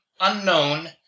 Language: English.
unknown